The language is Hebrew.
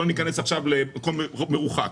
לא נכנס עכשיו למקום מרוחק,